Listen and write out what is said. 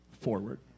forward